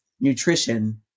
Nutrition